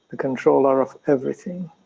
controller of everything,